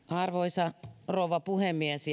arvoisa rouva puhemies